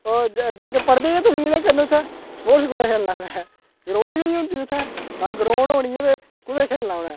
ओह् जगत पढ़दे गै दसमीं तक्क कन्नै उत्थै स्पोर्टस कुत्थै खेलना ग्राउंड गै निं होंदी उत्थै न ग्राउंड होनी ऐ ते कुत्थै खेलना उ'नें